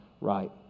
right